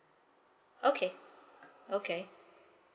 okay okay